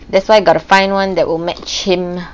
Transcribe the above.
that's why gotta find one that will match him